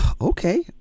okay